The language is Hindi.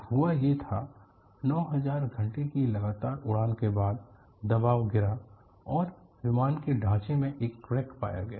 तो हुआ ये था 9000 घंटे की लगतार उड़ान के बाद दबाव गिरा और विमान के ढांचे में एक क्रैक पाया गया